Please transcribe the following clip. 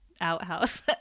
outhouse